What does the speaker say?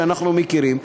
שאנחנו מכירים,